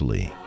Lee